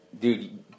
dude